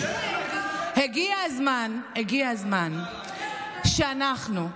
הגיע הזמן שאנחנו,